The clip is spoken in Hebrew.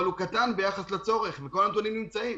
אבל הוא קטן יחסית לצורך, וכל הנתונים נמצאים.